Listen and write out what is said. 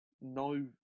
no